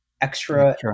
extra